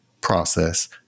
Process